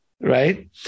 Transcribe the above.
right